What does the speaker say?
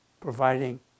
providing